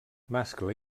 mascle